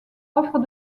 offre